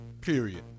Period